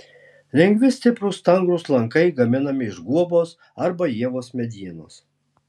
lengvi stiprūs stangrūs lankai gaminami iš guobos arba ievos medienos